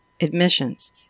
admissions